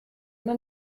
man